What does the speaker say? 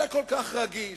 זה כל כך רגיש,